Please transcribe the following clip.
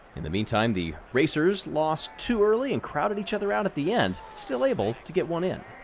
in the meantime, the racers lost two early and crowded each other out at the end, still able to get one in.